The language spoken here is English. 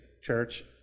church